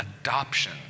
adoption